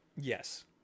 Yes